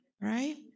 right